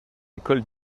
école